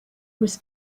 was